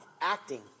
acting